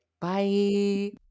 Bye